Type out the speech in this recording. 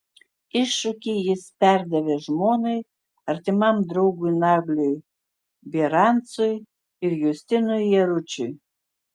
iššūkį jis perdavė žmonai artimam draugui nagliui bierancui ir justinui jaručiui